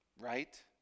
right